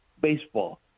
baseball